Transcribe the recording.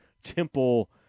temple